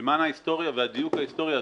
למען ההיסטוריה והדיוק ההיסטורי,